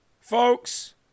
folks